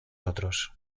otros